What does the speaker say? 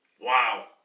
Wow